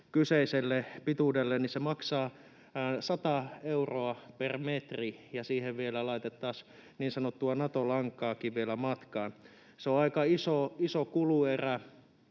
kyseiselle pituudelle, maksaa 100 euroa per metri, ja siihen vielä laitettaisiin niin sanottua Nato-lankaakin matkaan. Se on aika iso kuluerä.